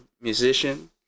musician